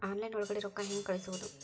Online ಒಳಗಡೆ ರೊಕ್ಕ ಹೆಂಗ್ ಕಳುಹಿಸುವುದು?